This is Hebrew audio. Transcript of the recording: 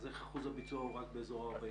אז איך אחוז הביצוע הוא רק באזור ה-40%?